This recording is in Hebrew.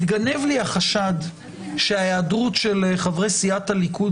ומתגנב לי החשד שההיעדרות של חברי סיעת הליכוד